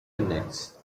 connects